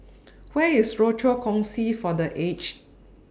Where IS Rochor Kongsi For The Aged